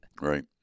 Right